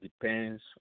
depends